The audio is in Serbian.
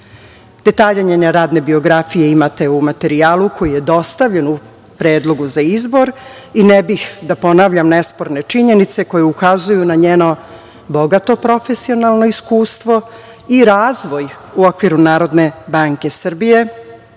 njene radne biografije imate u materijalu koji je dostavljen u Predlogu za izbor i ne bih da ponavljam nesporne činjenice koje ukazuju na njeno bogato profesionalno iskustvo i razvoj u okviru Narodne banke Srbije,